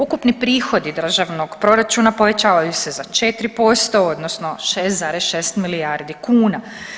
Ukupni prihodi Državnog proračuna povećavaju se za 4%, odnosno 6,6 milijardi kuna.